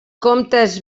comptes